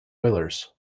oilers